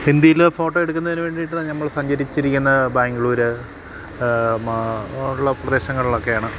ഹിന്ദിയിലെ ഫോട്ടോ എടുക്കുന്നതിന് വേണ്ടിട്ട് നമ്മൾ സഞ്ചരിച്ചിരിക്കുന്ന ബാംഗ്ലൂര് ഉള്ള പ്രദേശങ്ങളിൽ ഒക്കെയാണ്